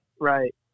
Right